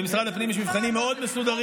במשרד הפנים יש מבחנים מאוד מסודרים,